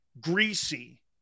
Greasy